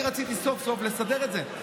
אני רציתי סוף-סוף לסדר את זה,